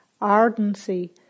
ardency